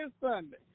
Sunday